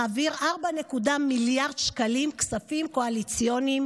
מעביר 4 מיליארד שקלים כספים קואליציוניים